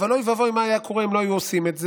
אבל אוי ואבוי מה היה קורה אם לא היו עושים את זה.